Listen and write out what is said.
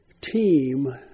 team